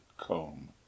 comb